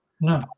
No